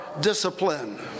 discipline